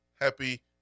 happy